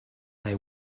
they